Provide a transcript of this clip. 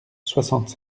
soixante